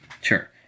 Sure